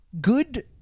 good